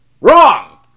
Wrong